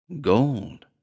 Gold